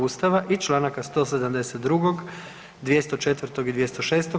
Ustava i Članaka 172., 204. i 206.